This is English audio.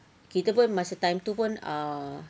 kita pun masa time tu pun ah